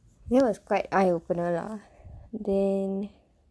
it was quite eye opener lah then